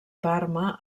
parma